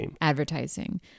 Advertising